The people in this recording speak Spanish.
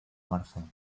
marzo